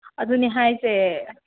ꯑꯗꯨꯅꯦ ꯍꯥꯏꯁꯦ